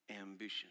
ambition